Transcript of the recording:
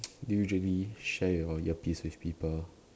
do you usually share your earpiece with people